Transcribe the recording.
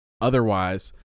Otherwise